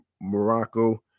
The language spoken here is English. Morocco